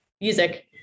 music